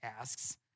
asks